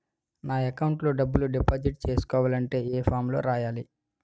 నా అకౌంట్ లో డబ్బులు డిపాజిట్ చేసుకోవాలంటే ఏ ఫామ్ లో రాయాలి?